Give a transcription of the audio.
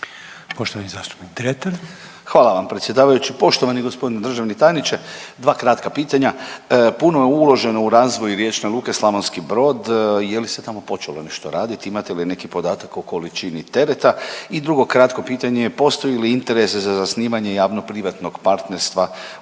**Dretar, Davor (DP)** Hvala vam predsjedavajući. Poštovani g. državni tajniče. Dva kratka pitanja. Puno je uloženo u razvoj riječne Luke Slavonski Brod. Je li se tamo počelo nešto raditi, imate li neki podatak o količini tereta? I drugo kratko pitanje, postoji li interes za zasnivanje javno-privatnog partnerstva u vezi